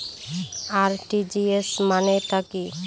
RTGS মানে টা কি?